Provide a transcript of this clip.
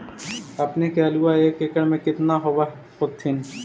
अपने के आलुआ एक एकड़ मे कितना होब होत्थिन?